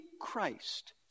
Christ